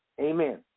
Amen